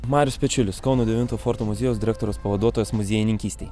marius pečiulis kauno devinto forto muziejaus direktoriaus pavaduotojas muziejininkystei